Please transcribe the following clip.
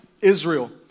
Israel